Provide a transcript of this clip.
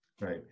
Right